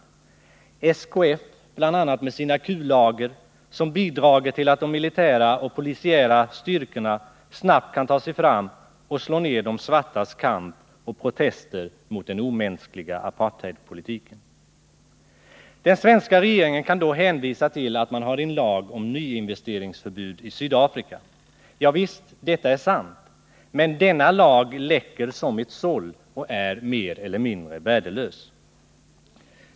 Det gäller bl.a. SKF, som med sina kullager bidrar till att de militära och polisiära styrkorna snabbt kan ta sig fram och slå ner de svartas kamp och protester mot den omänskliga apartheidpolitiken. Den svenska regeringen kan då hänvisa till att det finns en lag om nyinvesteringsförbud i Sydafrika. Ja visst, detta är sant. Men denna lag läcker som ett såll och är mer eller mindre värdelös.